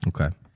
Okay